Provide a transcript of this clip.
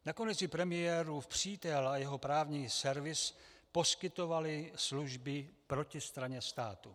Nakonec i premiérův přítel a jeho právní servis poskytovali služby protistraně státu.